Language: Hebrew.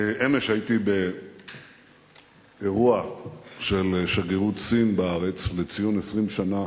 אמש הייתי באירוע של שגרירות סין בארץ לציון 20 שנה